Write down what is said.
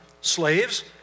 slaves